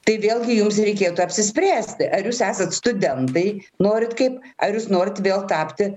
tai vėlgi jums reikėtų apsispręsti ar jūs esat studentai norit kaip ar jūs norit vėl tapti